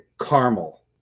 caramel